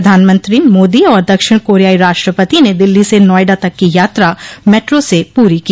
प्रधानमंत्री मोदी और दक्षिण कोरियाई राष्ट्रपति ने दिल्ली से नोएडा तक की यात्रा मेट्रो से पूरी की